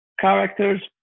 Characters